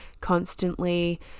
constantly